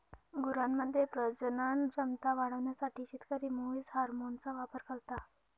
गुरांमध्ये प्रजनन क्षमता वाढवण्यासाठी शेतकरी मुवीस हार्मोनचा वापर करता